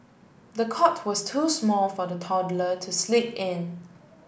the cot was too small for the toddler to sleep in